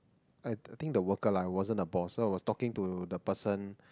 I I think the worker lah it wasn't the boss so I was talking to the person